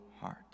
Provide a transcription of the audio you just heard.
heart